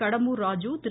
Kadambur Raju Thiru